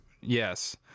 Yes